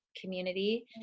community